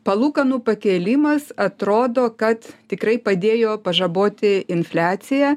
palūkanų pakėlimas atrodo kad tikrai padėjo pažaboti infliaciją